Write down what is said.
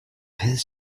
his